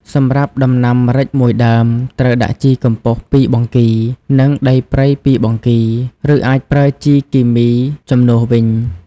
សម្រាប់ដំណាំម្រេចមួយដើមត្រូវដាក់ជីកំប៉ុស្តពីរបង្គី និងដីព្រៃពីរបង្គី ឬអាចប្រើជីគីមីជំនួសវិញ។